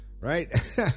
Right